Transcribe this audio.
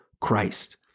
Christ